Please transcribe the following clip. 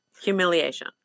Humiliation